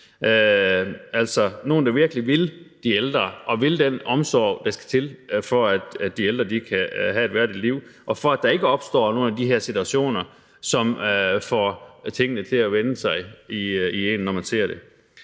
altså nogle, der virkelig vil de ældre og vil den omsorg, der skal til, for, at de ældre kan have et værdigt liv, og for, at der ikke opstår nogen af de her situationer, som får tingene til at vende sig i en, når man ser det.